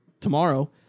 tomorrow